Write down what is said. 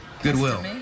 Goodwill